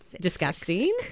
disgusting